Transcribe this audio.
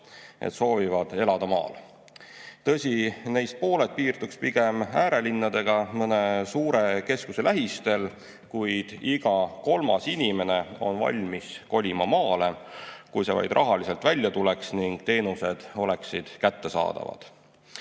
et soovivad elada maal. Tõsi, neist pooled piirduks pigem äärelinnaga mõne suure keskuse lähistel, kuid iga kolmas inimene on valmis kolima maale, kui see vaid rahaliselt välja tuleks ning teenused oleksid kättesaadavad.